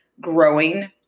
growing